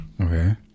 Okay